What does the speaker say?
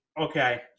Okay